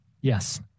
yes